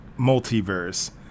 multiverse